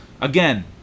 Again